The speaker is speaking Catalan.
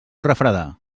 refredar